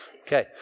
Okay